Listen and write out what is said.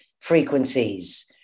frequencies